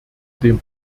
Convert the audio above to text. dem